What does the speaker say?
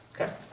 Okay